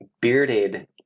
Bearded